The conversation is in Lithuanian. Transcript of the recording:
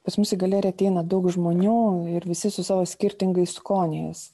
pas mus į galeriją ateina daug žmonių ir visi su savo skirtingais skoniais